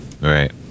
Right